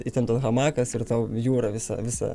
įtemptas hamakas ir tau jūra visą visą